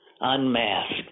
Unmasked